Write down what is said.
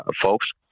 folks